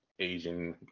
Asian